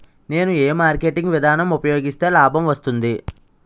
నేను ఏ మార్కెటింగ్ విధానం ఉపయోగిస్తే లాభం వస్తుంది?